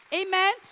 Amen